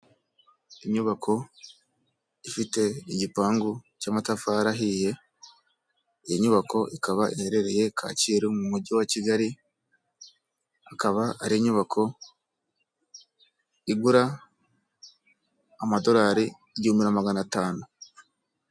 Inyubako ifite igipangu cy'amatafari ahiye, iyo nyubako ikaba iherereye Kacyiru mu mujyi wa Kigali, akaba ari inyubako igura amadolari igihumbi na magana atanu.